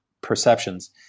perceptions –